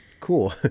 Cool